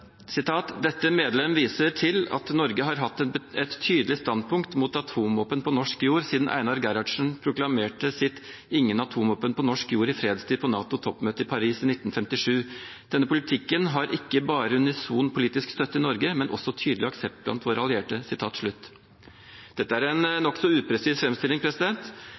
Norge har hatt et tydelig standpunkt mot atomvåpen på norsk jord siden Einar Gerhardsen proklamerte sitt «ingen atomvåpen på norsk jord i fredstid» på NATO-toppmøtet i Paris i 1957. Denne politikken har ikke bare unison politisk støtte i Norge, men også tydelig aksept blant våre allierte.» Dette er en nokså upresis